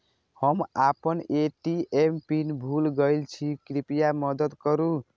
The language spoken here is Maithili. हम आपन ए.टी.एम पिन भूल गईल छी, कृपया मदद करू